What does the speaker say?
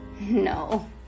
No